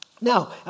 Now